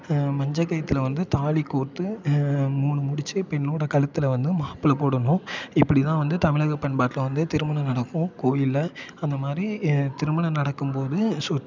மஞ்சள் கயிற்றுல வந்து தாலி கோர்த்து மூணு முடிச்சு பெண்ணோட கழுத்துல வந்து மாப்பிள்ளை போடணும் இப்படி தான் வந்து தமிழக பண்பாட்டில் வந்து திருமணம் நடக்கும் கோவிலில் அந்த மாதிரி திருமணம் நடக்கும் போது